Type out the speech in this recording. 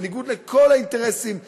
בניגוד לכל האינטרסים הלאומיים,